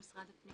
אני